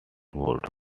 vote